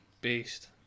beast